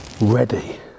ready